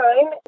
time